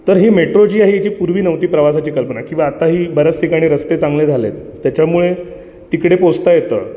तर हे मेट्रो जी आहे याची पूर्वी नव्हती प्रवासाची कल्पना किवा आत्ताही बऱ्याच ठिकाणी रस्ते चांगले झाले आहेत त्याच्यामुळे तिकडे पोचता येतं